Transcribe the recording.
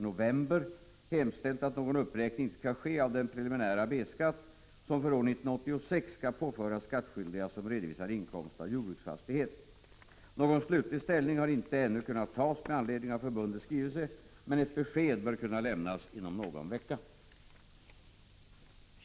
33 § Svar på fråga 1985 86:50 12 december 1985 Anf.